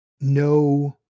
no